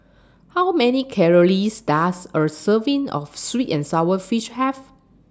How Many Calories Does A Serving of Sweet and Sour Fish Have